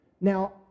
Now